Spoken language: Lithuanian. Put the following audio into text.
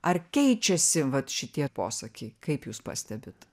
ar keičiasi vat šitie posakiai kaip jūs pastebit